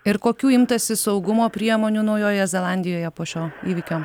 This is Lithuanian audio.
ir kokių imtasi saugumo priemonių naujojoje zelandijoje po šio įvykio